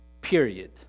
period